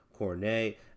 Cornet